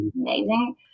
amazing